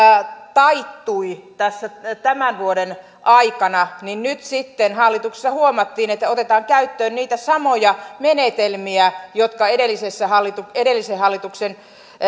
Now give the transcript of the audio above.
taittui tässä tämän vuoden aikana niin nyt sitten hallituksessa huomattiin että otetaan käyttöön niitä samoja menetelmiä jotka edellisen hallituksen